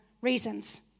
reasons